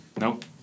Nope